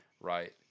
right